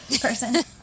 person